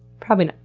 probably not.